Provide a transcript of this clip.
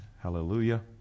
hallelujah